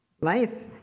Life